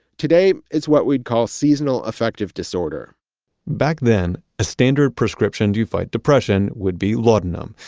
today, it's what we'd call seasonal affective disorder back then, a standard prescription to fight depression would be laudanum.